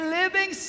living